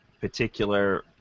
particular